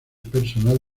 personal